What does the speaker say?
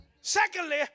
Secondly